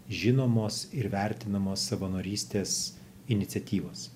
žinomos ir vertinamos savanorystės iniciatyvos